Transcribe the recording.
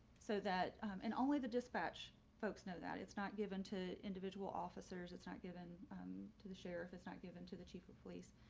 so that and only the dispatch, folks know that it's not given to individual officers. it's not given to the sheriff it's not given to the chief of police.